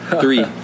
three